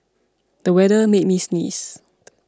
the weather made me sneeze